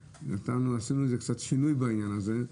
עשינו קצת שינוי בעניין הזה.